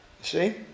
See